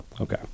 Okay